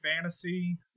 fantasy